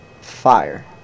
Fire